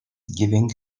giving